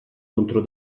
contro